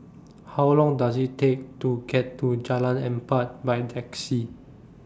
How Long Does IT Take to get to Jalan Empat By Taxi